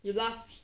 you laugh